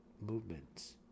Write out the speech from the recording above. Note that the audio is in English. movements